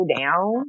down